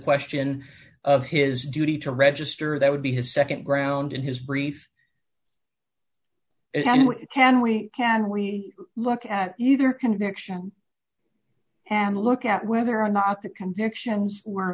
question of his duty to register that would be his nd ground in his brief and what can we can we look at either conviction and look at whether or not the convictions